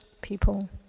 people